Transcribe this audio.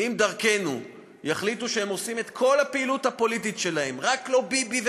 אם "דרכנו" יחליטו שהם עושים את כל הפעילות הפוליטית שלהם "רק לא ביבי",